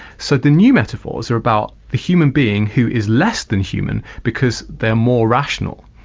so the new metaphors are about the human being who is less than human because they're more rational.